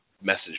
message